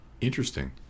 interesting